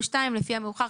או (2), לפי המאוחר.